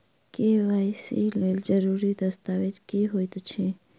KYC लेल जरूरी दस्तावेज की होइत अछि?